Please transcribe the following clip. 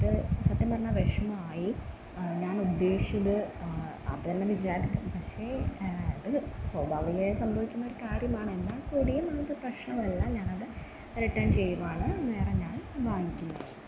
അതു സത്യം പറഞ്ഞാൽ വിഷമായി ഞാൻ ഉദ്ദേശിച്ചത് അതു തന്നെ വിചാ പക്ഷേ അതു സ്വാഭാവികമായി സംഭവിക്കുന്നൊരു കാര്യമാണ് എന്നാൽ കൂടിയും അതൊരു പ്രശ്നമല്ല ഞാനത് റിട്ടേൺ ചെയ്യുകയാണ് വേറെ ഞാൻ വാങ്ങിക്കുന്നതായിരിക്കും